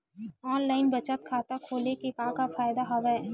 online बचत खाता खोले के का का फ़ायदा हवय